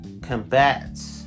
combats